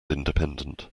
independent